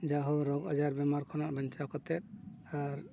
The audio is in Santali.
ᱡᱟᱦᱳᱠ ᱨᱳᱜᱽ ᱟᱡᱟᱨ ᱵᱮᱢᱟᱨ ᱠᱷᱚᱱᱟᱜ ᱵᱟᱧᱪᱟᱣ ᱠᱟᱛᱮᱫ ᱟᱨ